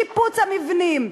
שיפוץ המבנים,